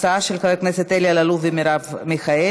הצעה של חברי הכנסת אלי אלאלוף ומרב מיכאלי.